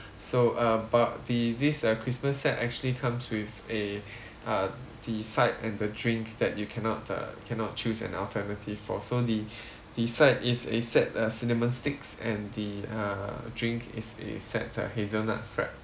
so uh but the this uh christmas set actually comes with a uh the side and the drink that you cannot uh cannot choose an alternative for so the the side is a set uh cinnamon sticks and the err drink is a set uh hazelnut frappe